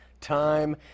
time